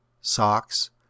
socks